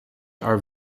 are